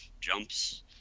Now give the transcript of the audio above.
jumps